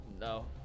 No